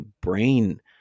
brain